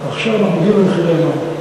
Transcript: עכשיו אנחנו נגיע למחירי המים.